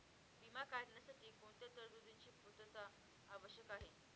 विमा काढण्यासाठी कोणत्या तरतूदींची पूर्णता आवश्यक आहे?